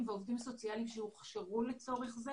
ועובדים סוציאליים שהוכשרו לצורך זה